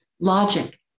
logic